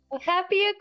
Happy